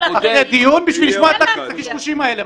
אחרי דיון בשביל לשמוע את הקשקושים האלה.